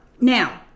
Now